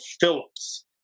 Phillips